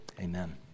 Amen